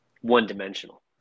one-dimensional